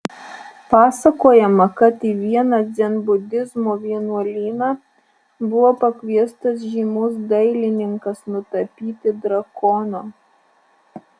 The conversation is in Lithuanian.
pasakojama kad į vieną dzenbudizmo vienuolyną buvo pakviestas žymus dailininkas nutapyti drakono